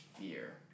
fear